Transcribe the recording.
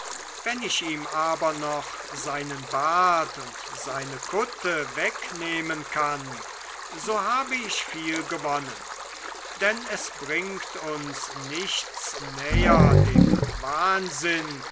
wenn ich ihm aber noch seinen bart und seine kutte wegnehmen kann so habe ich viel gewonnen denn es bringt uns nichts näher dem wahnsinn